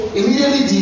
immediately